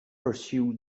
pursue